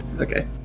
Okay